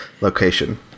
location